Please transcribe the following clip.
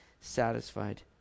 satisfied